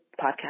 podcast